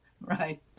right